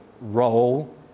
role